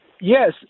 Yes